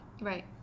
Right